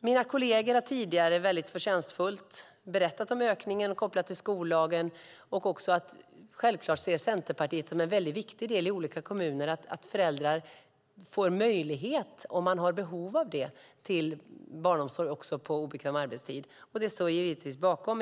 Mina kolleger har tidigare mycket förtjänstfullt berättat om ökningen kopplad till skollagen. Självklart ser Centerpartiet det som en mycket viktig del i olika kommuner att föräldrar får möjlighet till barnomsorg också på obekväm arbetstid om de har behov av det. Det står jag givetvis bakom.